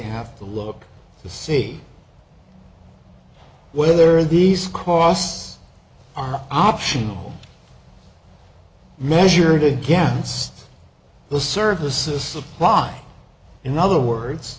have to look to see whether these costs are optional measured against the services supply in other words